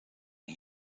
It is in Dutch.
een